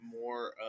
more